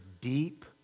deep